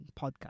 podcast